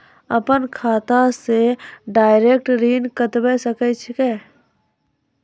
अपन खाता से डायरेक्ट ऋण कटबे सके छियै?